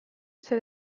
zer